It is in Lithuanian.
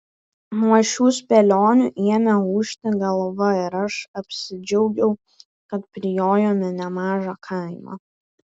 nuo šių spėlionių ėmė ūžti galva ir aš apsidžiaugiau kad prijojome nemažą kaimą